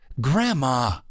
Grandma